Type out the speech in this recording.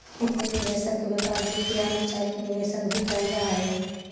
angel निवेशक के व्यापार दूत या अनौपचारिक निवेशक भी कहल जा हई